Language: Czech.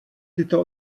tyto